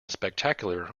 spectacular